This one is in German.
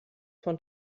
von